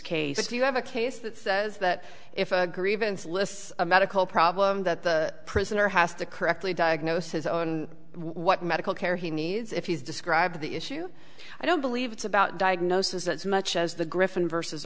if you have a case that says that if a grievance lists a medical problem that the prisoner has to correctly diagnose his own what medical care he needs if he's described the issue i don't believe it's about diagnosis as much as the gryphon versus